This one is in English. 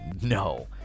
No